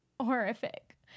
horrific